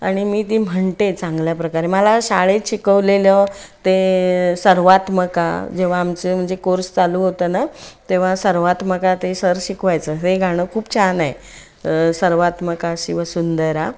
आणि मी ती म्हणते चांगल्या प्रकारे मला शाळेत शिकवलेलं ते सर्वात्मका जेव्हा आमचे म्हणजे कोर्स चालू होतं ना तेव्हा सर्वात्मका ते सर शिकवायचं हे गाणं खूप छान आहे सर्वात्मका शिव सुंदरा